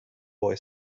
boy